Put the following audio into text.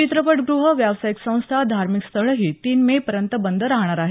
चित्रपटगृह व्यावसायिक संस्था धार्मिक स्थळही तीन मे पर्यंत बंद रहाणार आहेत